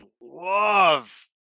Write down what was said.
love